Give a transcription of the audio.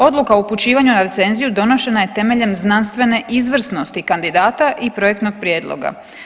Odluka upućivanja na recenziju donošena je temeljem znanstvene izvrsnosti kandidata i projektnog prijedloga.